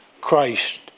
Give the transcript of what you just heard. Christ